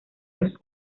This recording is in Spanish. los